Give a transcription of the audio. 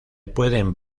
pueden